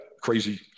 crazy